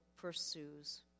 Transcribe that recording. Pursues